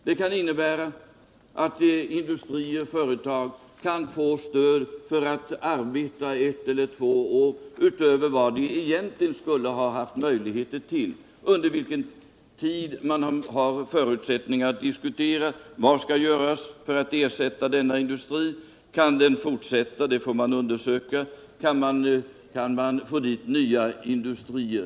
Det kan t.ex. innebära att industrier och företag får ett stöd som gör att de kan fortsätta driften ett å två år utöver vad de egentligen skulle ha möjlighet till, en tid under vilken man kan diskutera vad som skall göras för att ersätta den nedläggningshotade industrin. Kan den fortsätta eller kan man få i gång nya industrier?